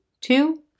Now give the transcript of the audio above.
two